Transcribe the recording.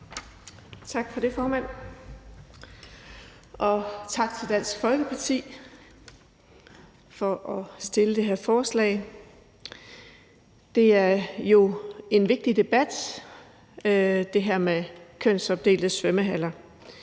Tak for det, formand, og tak til Dansk Folkeparti for at fremsætte det her forslag. Det her med kønsopdelte svømmehaller